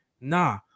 nah